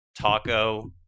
taco